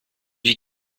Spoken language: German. die